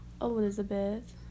Elizabeth